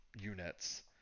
units